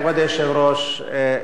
כבוד היושב-ראש,